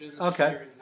okay